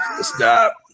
stop